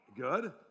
Good